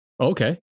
Okay